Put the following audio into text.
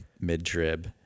mid-trib